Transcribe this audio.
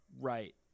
Right